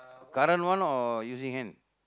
current one or using hand